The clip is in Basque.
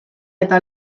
eta